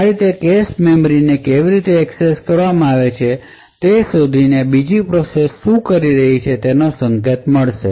આ રીતે cache memory ને કેવી રીતે એક્સેસ કરવામાં આવી છે તે શોધીને બીજી પ્રોસેસ શું કરી રહી છે તેનો સંકેત મળશે